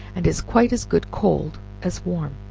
and is quite as good cold as warm.